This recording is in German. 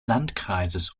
landkreises